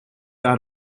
are